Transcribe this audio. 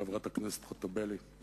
חברת הכנסת חוטובלי,